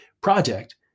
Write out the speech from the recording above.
project